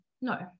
no